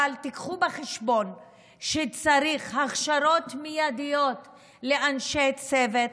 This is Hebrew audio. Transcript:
אבל קחו בחשבון שצריך הכשרות מיידיות לאנשי צוות,